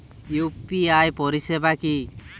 UPI পরিসেবা কি?